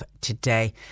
today